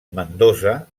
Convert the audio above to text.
mendoza